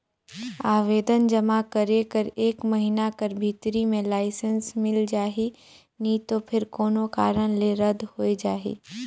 आवेदन जमा करे कर एक महिना कर भीतरी में लाइसेंस मिल जाही नी तो फेर कोनो कारन ले रद होए जाही